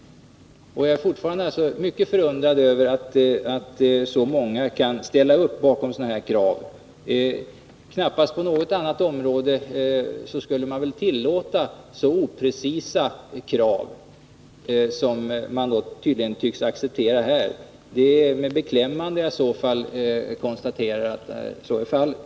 Jag är som sagt mycket förundrad över att så många kan ställa upp bakom sådana här krav. Knappast på något annat område skulle man tillåta så oprecisa krav som man tydligen tycks acceptera här. Det är med beklämning jag konstaterar att så är fallet.